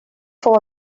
fou